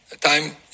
time